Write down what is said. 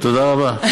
תודה רבה.